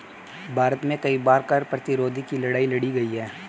भारत में कई बार कर प्रतिरोध की लड़ाई लड़ी गई है